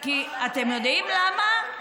אתם יודעים מה?